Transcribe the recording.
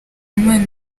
imana